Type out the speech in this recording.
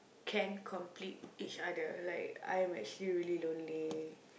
can complete each other like I'm actually really lonely